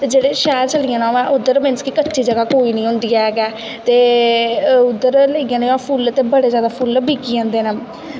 ते जेह्ड़े शैह्र चली जाना होऐ मीनस कि उद्धर कच्ची जगह कोई निं होंदी है गै ते उद्धर लेई जाने होऐ फुल्ल ते बड़े जादा फुल्ल बिकी जंदे न